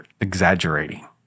exaggerating